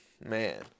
Man